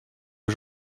aux